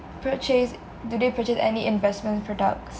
purchase do they purchase any investment products